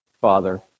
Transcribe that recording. Father